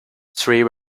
three